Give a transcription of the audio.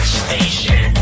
station